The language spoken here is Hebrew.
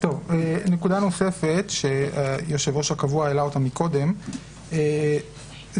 נקודה נוספת שהיושב-ראש הקבוע העלה אותה מקודם --- פשוט